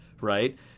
right